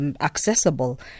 accessible